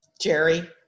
jerry